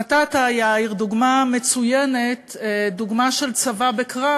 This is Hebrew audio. נתת, יאיר, דוגמה מצוינת, דוגמה של צבא בקרב.